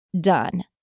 done